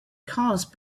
cause